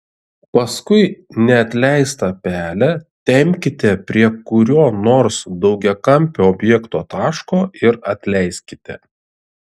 paskui neatleistą pelę tempkite prie kurio nors daugiakampio objekto taško ir atleiskite